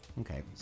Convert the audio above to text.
Okay